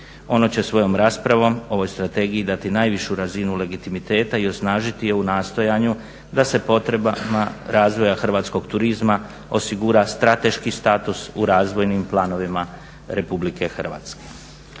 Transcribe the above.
Ono će svojom raspravom o ovoj strategiji dati najvišu razinu legitimiteta i osnažiti je u nastojanju da se potrebama razvoja hrvatskog turizma osigura strateški status u razvojnim planovima Republike Hrvatske.